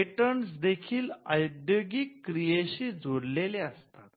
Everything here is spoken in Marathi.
पेटंट्स देखील औद्योगिकक्रियेला जोडलेले असतात